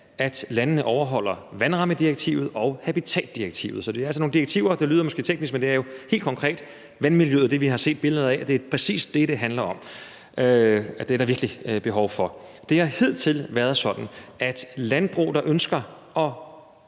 at landene overholder vandrammedirektivet og habitatdirektivet, og det lyder måske teknisk, men det er altså nogle direktiver helt konkret om vandmiljøet og det, vi har set billeder af, og det er præcis det, det handler om. Det er der virkelig behov for. Det har hidtil været sådan, at landbrug, der ønsker at